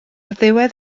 ddiwedd